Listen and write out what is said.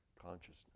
consciousness